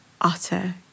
utter